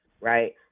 right